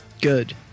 Good